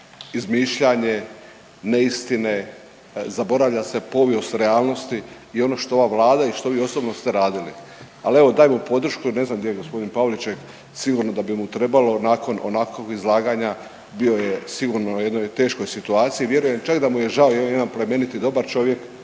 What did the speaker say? izmišljanje neistine, zaboravlja se povijest realnosti i ono što ova vlada i što vi osobno ste radili. Ali evo dajmo podršku jer ne znam gdje je gospodin Pavliček, sigurno da bi mu trebalo nakon onakvog izlaganja bio je sigurno u jednoj teškoj situaciji. Vjerujem čak da mu je žao jer je on jedan plemenit i dobar čovjek,